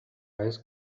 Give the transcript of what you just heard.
eyes